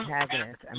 antagonist